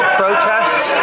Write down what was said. protests